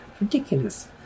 Ridiculous